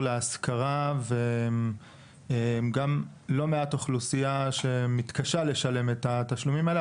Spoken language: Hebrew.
להשכרה ולא מעט אוכלוסייה שמתקשה לשלם את התשלומים האלה.